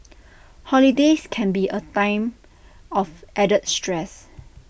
holidays can be A time of added stress